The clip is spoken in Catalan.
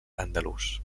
andalús